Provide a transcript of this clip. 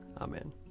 Amen